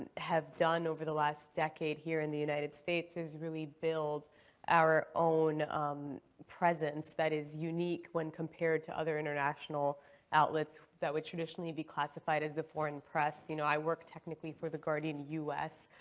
have done over the last decade here in the united states is really build our own presence that is unique when compared to other international outlets that would traditionally be classified as the foreign press. you know, i work technically for the guardian us,